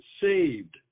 saved